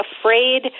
afraid